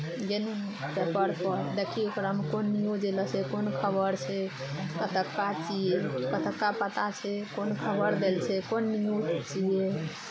गे नूनू पेपर पढ़ देखी ओकरामे कोन न्यूज एलो छै कोन खबर छै कतक्का छियै कतक्का पता छै कोन खबर देल छै कोन न्यूज छियै